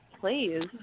please